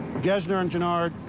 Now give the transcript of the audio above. gessner engine art.